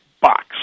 box